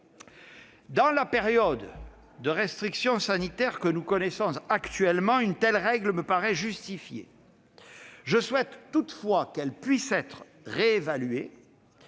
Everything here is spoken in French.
Dans la période de restrictions sanitaires que nous connaissons actuellement, une telle règle me paraît justifiée. Je souhaite toutefois qu'elle puisse être réévaluée,